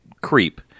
creep